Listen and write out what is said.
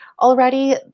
already